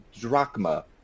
drachma